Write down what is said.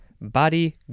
body